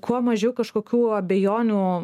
kuo mažiau kažkokių abejonių